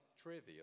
trivial